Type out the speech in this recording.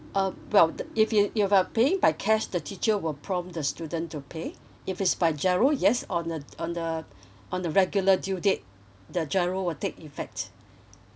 uh well the if you you are paying by cash the teacher will prompt the student to pay if it's by GIRO yes on uh on the on the regular due date the GIRO will take effect